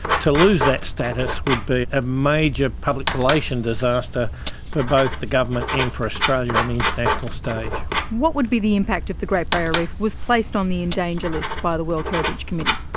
to lose that status would be a major public relations disaster for both the government and for australia on the international stage. what would be the impact if the great barrier reef was placed on the in danger list by the world heritage committee?